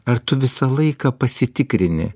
ar tu visą laiką pasitikrini